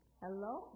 hello